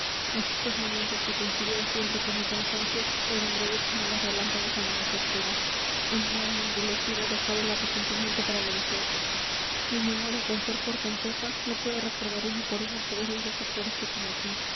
mas estos momentos que coincidían siempre con mi cansancio eran breves como los relámpagos en la noche oscura y mi alma envilecida dejaba el arrepentimiento para la vejez mi memoria con ser portentosa no puede recordar uno por uno todos los desafueros que cometí